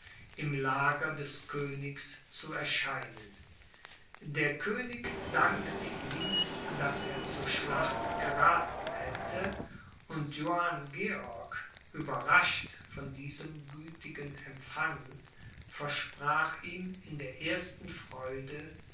im lager des königs zu erscheinen der könig dankte ihm daß er zur schlacht gerathen hätte und johann georg überrascht von diesem gütigen empfang versprach ihm in der ersten freude